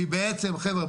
כי בעצם חבר'ה,